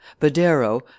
badero